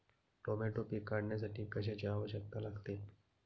Tomato पीक काढण्यासाठी कशाची आवश्यकता लागते?